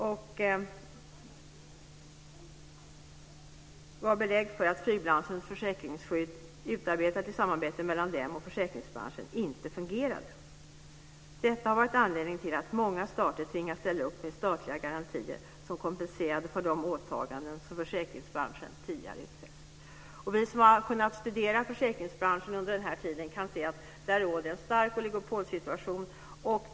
Det gav belägg för att flygbranschens försäkringsskydd, utarbetat i samarbete mellan dem och försäkringsbranschen, inte fungerade. Detta har varit anledningen till att många stater har tvingats ställa upp med statliga garantier, som kompenserade för de åtaganden som försäkringsbranschen tidigare utfäst. Vi som har kunnat studera försäkringsbranschen under den här tiden kan se att där råder en stark oligopolsituation.